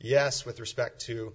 yes with respect to